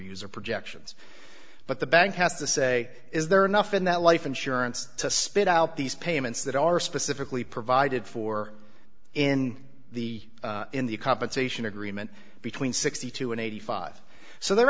or projections but the bank has to say is there enough in that life insurance to spit out these payments that are specifically provided for in the in the compensation agreement between sixty two and eighty five so there